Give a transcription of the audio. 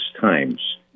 Times